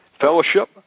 fellowship